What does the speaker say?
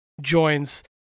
joins